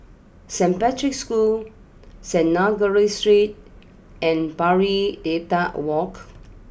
Saint Patrick's School Synagogue Street and Pari Dedap walk